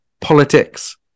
politics